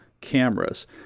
cameras